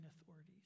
authorities